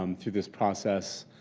um through this process,